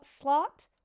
slot